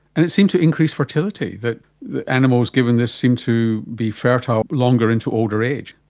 and it seemed to increase fertility, that animals given this seemed to be fertile longer into older age.